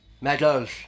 Medals